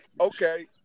Okay